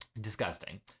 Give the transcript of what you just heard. Disgusting